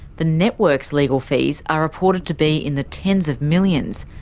the networks' legal fees are reported to be in the tens of millions,